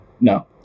No